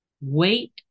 wait